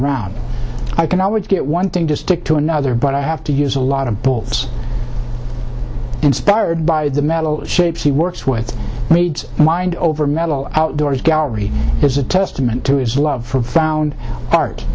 around i can always get one thing to stick to another but i have to use a lot of balls inspired by the metal shapes he works with me mind over metal doors gallery is a testament to his love for found art